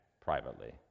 privately